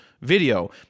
video